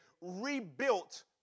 rebuilt